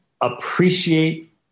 appreciate